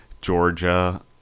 Georgia